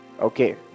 Okay